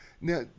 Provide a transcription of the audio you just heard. Now